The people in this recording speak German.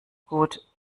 gut